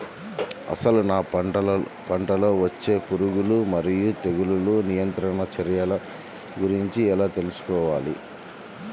అసలు నా పంటలో వచ్చే పురుగులు మరియు తెగులుల నియంత్రణ చర్యల గురించి ఎలా తెలుసుకోవాలి?